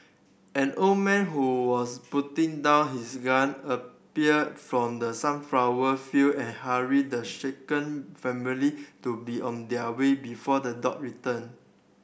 an old man who was putting down his gun appeared from the sunflower field and hurried the shaken family to be on their way before the dog return